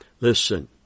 Listen